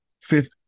Fifth